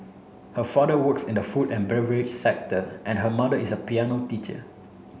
her father works in the food and beverage sector and her mother is a piano teacher